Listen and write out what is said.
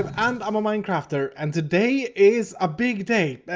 and i'm a minecrafter. and today is a big day.